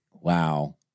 Wow